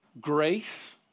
grace